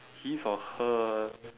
his or her